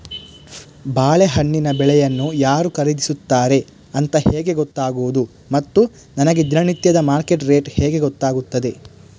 ಬಾಳೆಹಣ್ಣಿನ ಬೆಳೆಯನ್ನು ಯಾರು ಖರೀದಿಸುತ್ತಾರೆ ಅಂತ ಹೇಗೆ ಗೊತ್ತಾಗುವುದು ಮತ್ತು ನನಗೆ ದಿನನಿತ್ಯದ ಮಾರ್ಕೆಟ್ ರೇಟ್ ಹೇಗೆ ಗೊತ್ತಾಗುತ್ತದೆ?